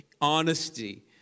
Honesty